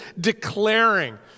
declaring